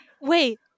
Wait